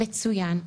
מצוין.